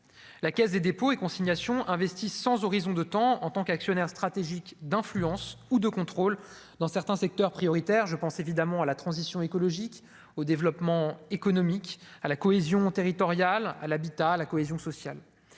la Caisse des dépôts et consignations investissent sans horizon de temps en tant qu'actionnaire stratégique d'influence ou de contrôle dans certains secteurs prioritaires, je pense évidemment à la transition écologique au développement économique à la cohésion territoriale à l'habitat, la cohésion sociale,